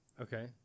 Okay